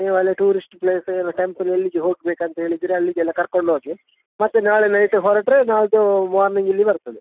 ನೀವು ಅಲ್ಲೇ tourist place temple ಎಲ್ಲಿಗೆ ಹೋಗ್ಬೇಕಂತ ಹೇಳಿದರೆ ಅಲ್ಲಿಗೆಲ್ಲ ಕರ್ಕೊಂಡೋಗಿ ಮತ್ತು ನಾಳೆ ನೈಟ್ ಹೊರಟ್ರೆ ನಾಡಿದ್ದು ಮಾರ್ನಿಗ್ ಇಲ್ಲಿ ಬರ್ತದೆ